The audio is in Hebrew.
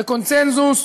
בקונסנזוס,